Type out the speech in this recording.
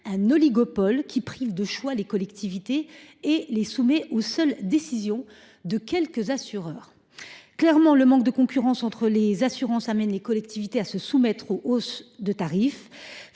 un oligopole qui prive de choix les collectivités et les soumet aux seules décisions de quelques acteurs. Incontestablement, le manque de concurrence entre les assurances amène les collectivités à se soumettre à ces hausses de tarifs.